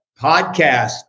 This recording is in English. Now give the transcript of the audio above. podcast